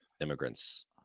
immigrants